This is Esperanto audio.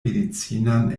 medicinan